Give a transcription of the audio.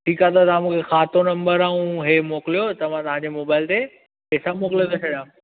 ठीकु आहे त तव्हां मूंखे खातो नंबर ऐं हे मोकिलियो त मां तव्हां जे मोबाइल ते पैसा मोकिले थो छॾां